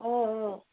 অঁ অঁ